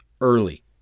early